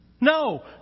No